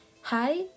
Hi